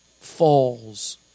falls